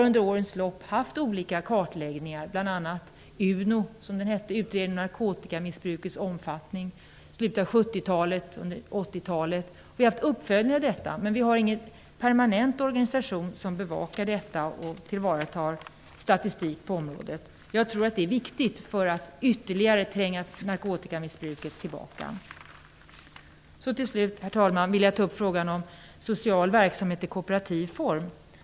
Under årens lopp har vi haft olika kartläggningar, bl.a. UNO, Utredning om narkotikamissbrukets omfattning, i slutet av 70 talet och under 80-talet. Och vi har haft uppföljning av detta. Men vi har ingen permant organisation som bevakar detta och som tillvaratar statistik på området. Det vore viktigt för att ytterligare tränga narkotikamissbruket tillbaka. Till slut, herr talman, vill jag ta upp frågan om social verksamhet i kooperativ form.